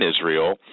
Israel